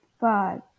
five